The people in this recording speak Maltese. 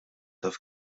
taf